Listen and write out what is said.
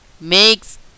Makes